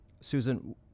Susan